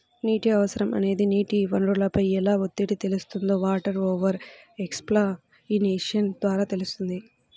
నీటి అవసరం అనేది నీటి వనరులపై ఎలా ఒత్తిడి తెస్తుందో వాటర్ ఓవర్ ఎక్స్ప్లాయిటేషన్ ద్వారా తెలుస్తుంది